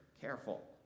careful